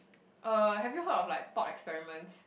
uh have you heard of like thought experiments